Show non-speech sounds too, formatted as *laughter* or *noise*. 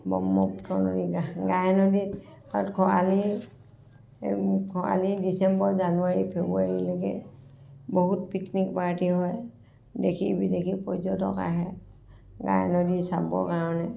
ব্ৰহ্মপুত্ৰ নদীত গাই গাইদনীত খৰালি *unintelligible* খৰালি ডিচেম্বৰ জানুৱাৰী ফেব্ৰুৱাৰীলৈকে বহুত পিকনিক পাৰ্টি হয় দেশী বিদেশী পৰ্যটক আহে গাইনদী চাবৰ কাৰণে